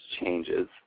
changes